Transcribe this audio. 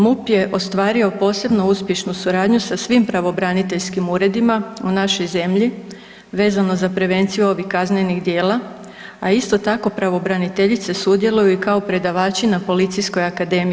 MUP je ostvario posebno uspješnu suradnju sa svim pravobraniteljskim uredima u našoj zemlji vezano za prevenciju ovih kaznenih djela, a isto tako pravobraniteljice sudjeluju i kao predavači na Policijskoj akademiji.